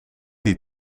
die